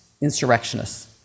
insurrectionists